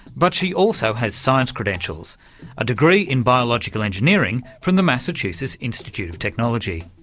but she also has science credentials a degree in biological engineering from the massachusetts institute of technology.